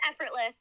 effortless